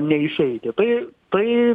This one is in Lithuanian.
neišeiti tai tai